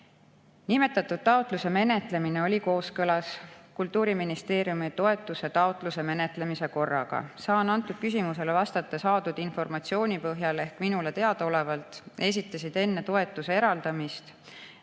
Nimetatud taotluse menetlemine oli kooskõlas Kultuuriministeeriumi toetuse taotluse menetlemise korraga. Saan sellele küsimusele vastata minule teadaoleva informatsiooni põhjal. Minu teada esitasid enne toetuse eraldamist